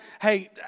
Hey